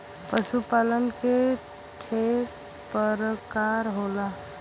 पशु पालन के ठे परकार होला